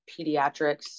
pediatrics